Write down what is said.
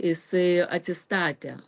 jisai atsistatė